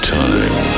time